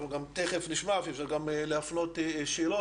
אנחנו תכף גם נשמע ואפילו אפשר להפנות שאלות,